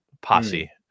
posse